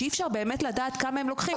שאי אפשר באמת לדעת כמה הם לוקחים.